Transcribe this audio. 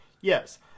Yes